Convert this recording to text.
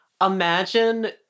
Imagine